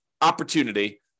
opportunity